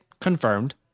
confirmed